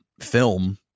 film